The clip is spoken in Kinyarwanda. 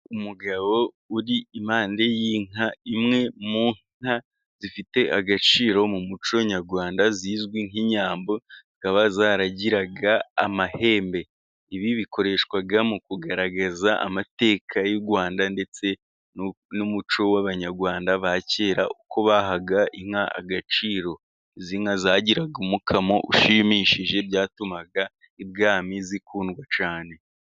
Umugabo uri impande y'inka, imwe mu nka zifite agaciro mu muco nyarwanda zizwi nk'inyambo, zikaba zaragiraga amahembe. Ibi bikoreshwa mu kugaragaza amateka y'u Rwanda ndetse n'umuco w'abanyarwanda ba kera, uko bahaga inka agaciro. Izi nka zagiraga umukamo ushimishije, byatumaga ibwami zikundwa cyane.